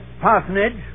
parsonage